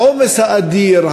העומס האדיר,